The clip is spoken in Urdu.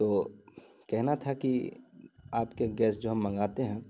تو کہنا تھا کہ آپ کے گیس جو ہم منگاتے ہیں